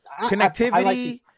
Connectivity